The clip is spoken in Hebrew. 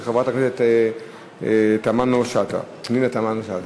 של חברת הכנסת פנינה תמנו-שטה שנמצאת פה.